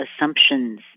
assumptions